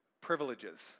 privileges